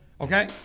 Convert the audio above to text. okay